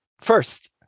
First